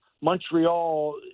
Montreal